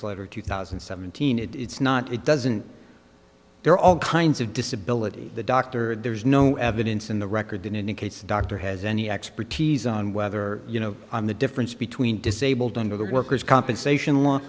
latter two thousand and seventeen it's not it doesn't there are all kinds of disability the doctor there's no evidence in the record that indicates the doctor has any expertise on whether you know i'm the difference between disabled under the workers compensation law